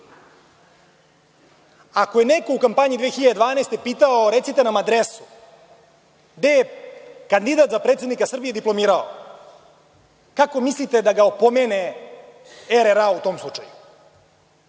Ako je neko u kampanji 2012. godine pitao – recite nam adrese, gde je kandidat za predsednika Srbije diplomirao? Kako mislite da ga opomene RRA u tom slučaju?